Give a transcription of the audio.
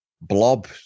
blob